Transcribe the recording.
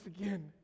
again